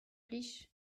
plij